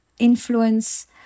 influence